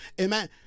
amen